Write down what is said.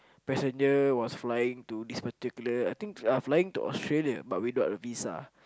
passenger was flying to this particular I think uh flying to Australia but without a visa